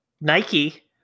Nike